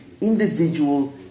individual